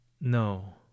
No